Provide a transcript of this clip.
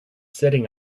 sitting